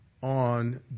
on